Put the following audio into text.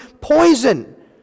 poison